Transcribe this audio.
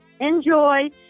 enjoy